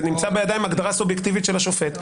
זה נמצא בידיים בהגדרה סובייקטיבית של השופט.